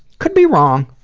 could be wrong,